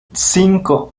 cinco